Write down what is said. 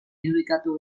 irudikatu